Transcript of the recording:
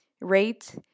rate